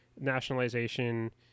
nationalization